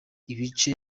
ibice